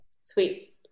Sweet